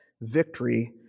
victory